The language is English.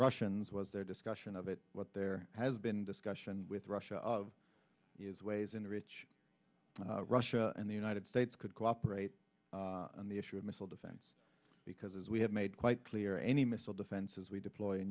russians was there discussion of it but there has been discussion with russia of is ways in which russia and the united states could cooperate on the issue of missile defense because as we have made quite clear any missile defenses we deploy in